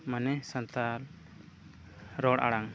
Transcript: ᱢᱟᱱᱮ ᱥᱟᱶᱛᱟ ᱨᱚᱲ ᱟᱲᱟᱝ